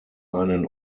einen